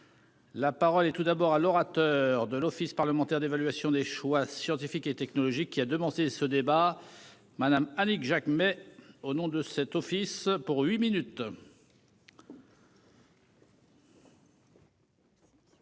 La parole et tout d'abord à l'orateur de l'Office parlementaire d'évaluation des choix scientifiques et technologiques qui a devancé ce débat. Madame Annick Jacquemet au nom de cet office pour huit minutes.